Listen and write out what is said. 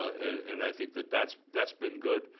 and i think that that's that's been good.